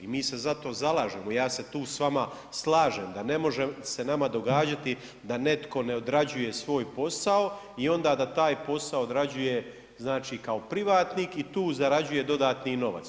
I mi se za to zalažemo i ja se tu s vama slažem da ne može se nama događati da netko ne odrađuje svoj posao i onda da taj posao odrađuje znači kao privatnik i tu zarađuje dodatni novac.